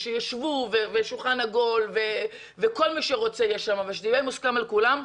ישבו לשולחן עגול וכל מי שרוצה יהיה שם וזה יהיה מוסכם על כולם,